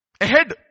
ahead